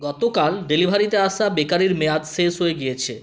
গতকাল ডেলিভারিতে আসা বেকারির মেয়াদ শেষ হয়ে গিয়েছে